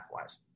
wise